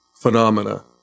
phenomena